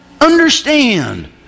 understand